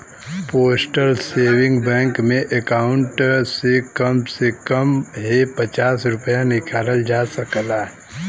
postal saving bank में account से कम से कम हे पचास रूपया निकालल जा सकता